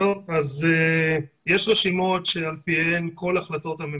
ואת הבקשות והם יודעים לעשות את הבדיקות כמו שעשינו בכל החלטות הממשלה